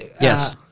Yes